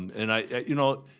and, you know,